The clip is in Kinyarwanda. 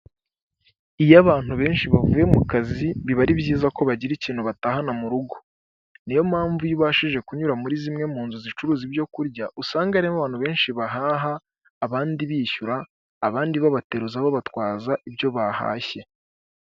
Iyo abantu benshi bavuye mu kazi biba ari byiza ko bagira ikintu batahana mu rugo. Niyo mpamvu iyo ubashije kunyura muri zimwe mu nzu zicuruza ibyo kurya, usanga harimo abantu benshi bahaha, abandi bishyura abandi babateruza babatwaza ibyo bahashye.